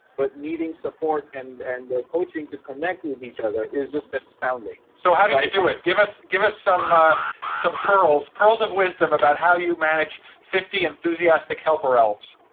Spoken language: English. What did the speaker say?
but needing support and and the coaching to connect with each other is just astounding. so, how did you do it? give us give us some ah some pearls pearls of wisdom about how you manage fifty enthusiastic helper elves.